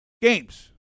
games